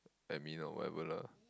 admin or whatever lah